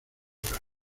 dura